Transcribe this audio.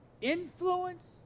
influence